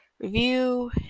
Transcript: review